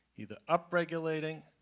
either up regulate ing,